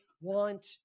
want